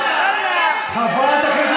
חברת הכנסת